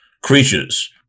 creatures